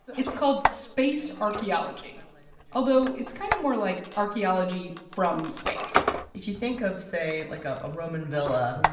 so it's called space archaeology, and ah and but yeah although it's kind of more like archaeology from space if you think of, say, like, ah a roman villa.